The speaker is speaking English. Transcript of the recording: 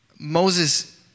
Moses